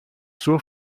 suo